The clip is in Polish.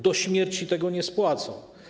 Do śmierci tego nie spłacą.